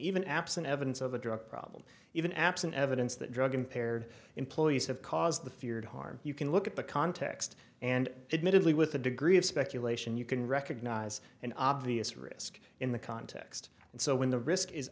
absent evidence of a drug problem even absent evidence that drug impaired employees have caused the feared harm you can look at the context and admittedly with a degree of speculation you can recognize an obvious risk in the context and so when the risk is